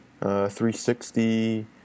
360